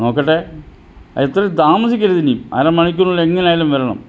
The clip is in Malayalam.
നോക്കട്ടെ ഇത്രേം താമസിക്കരുതിനിയും അരമണിക്കൂറിനുള്ളിൽ എങ്ങനായാലും വരണം